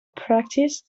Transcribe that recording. practice